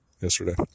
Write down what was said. yesterday